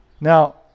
Now